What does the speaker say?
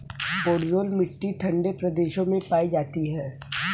podzol मिट्टी ठंडे प्रदेशों में पाई जाती है